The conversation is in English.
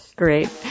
Great